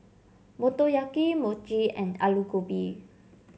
Motoyaki Mochi and Alu Gobi